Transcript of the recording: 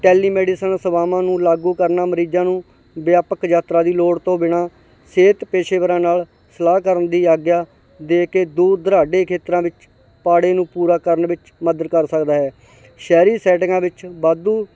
telemedicine ਸੇਵਾਵਾਂ ਨੂੰ ਲਾਗੂ ਕਰਨਾ ਮਰੀਜ਼ਾਂ ਨੂੰ ਵਿਆਪਕ ਯਾਤਰਾ ਦੀ ਲੋੜ ਤੋਂ ਬਿਨਾ ਸਿਹਤ ਪੇਸ਼ੇਵਰਾਂ ਨਾਲ ਸਲਾਹ ਕਰਨ ਦੀ ਆਗਿਆ ਦੇ ਕੇ ਦੂਰ ਦੁਰਾਡੇ ਖੇਤਰਾਂ ਵਿੱਚ ਪਾੜੇ ਨੂੰ ਪੂਰਾ ਕਰਨ ਵਿੱਚ ਮਦਦ ਕਰ ਸਕਦਾ ਹੈ ਸ਼ਹਿਰੀ ਸੈਟਿੰਗਾਂ ਵਿੱਚ ਵਾਧੂ